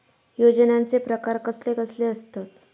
योजनांचे प्रकार कसले कसले असतत?